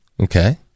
Okay